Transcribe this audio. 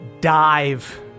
dive